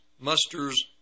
musters